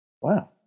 Wow